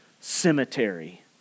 cemetery